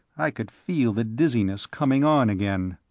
i could feel the dizziness coming on again.